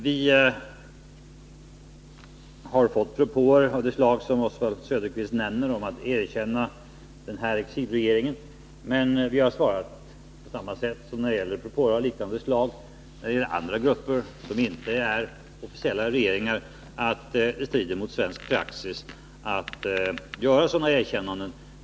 Vi har fått propåer, av det slag som Oswald Söderqvist nämner, om att erkänna exilregeringen. Vi har svarat på samma sätt som vi gjort när det gällt andra propåer av liknande slag från andra grupper som inte representerar den officiella regeringen, att det strider mot svensk praxis att göra sådana erkännanden.